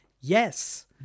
yes